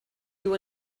you